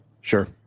sure